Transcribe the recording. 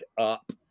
up